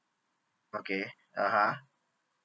okay (uh huh)